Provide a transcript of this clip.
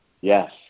Yes